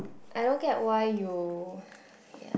I don't get why you yeah